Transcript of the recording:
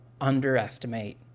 underestimate